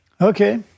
okay